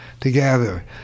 Together